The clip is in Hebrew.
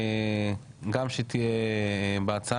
גם שתהיה בהצעה,